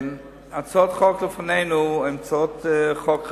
הצעות החוק לפנינו הן הצעות חוק חשובות.